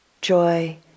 joy